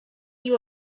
you